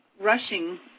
rushing